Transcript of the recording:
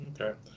Okay